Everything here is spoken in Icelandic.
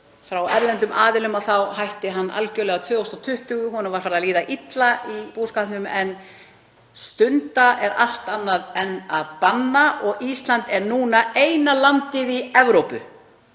frá erlendum aðilum þá hætti hann algerlega 2020. Honum var farið að líða illa í búskapnum. Að stunda er allt annað en að banna og Ísland er núna eina landið í Evrópu